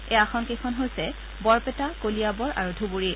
এই আসন কেইখন হৈছে বৰপেটা কলিয়াবৰ আৰু ধুবুৰী